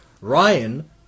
Ryan